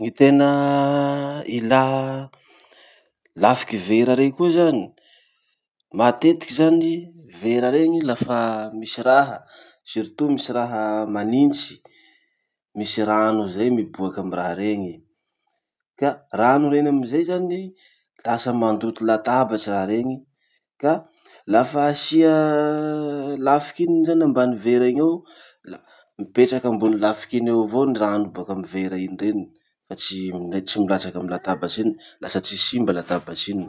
Gny tena ilà lafiky vera rey koa zany. Matetiky zany vera reny lafa misy raha, surtout misy raha manitsy, misy rano zay miboaky amy raha reny. Ka rano reny amizay zany, lasa mandoto latabatsy raha reny ka lafa asia lafiky iny zany ambany vera iny ao, la mipetraky ambony lafiky iny eo avao ny rano baka amy vera iny reny fa tsy tsy milatsaky amy latabatsy iny. Lasa tsy simba latabatsy iny.